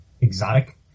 exotic